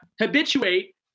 habituate